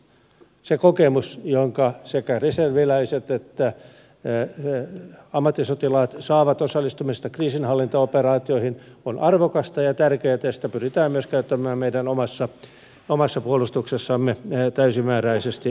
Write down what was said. se kokemus jonka sekä reserviläiset että ammattisotilaat saavat osallistumisesta kriisinhallintaoperaatioihin on arvokasta ja tärkeätä ja sitä pyritään myös käyttämään meidän omassa puolustuksessamme täysimääräisesti hyväksi